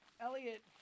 Elliot